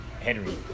Henry